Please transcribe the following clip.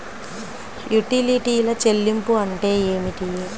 యుటిలిటీల చెల్లింపు అంటే ఏమిటి?